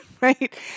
right